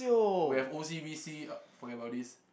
we have O_C_B_C uh forget about this